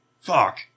Fuck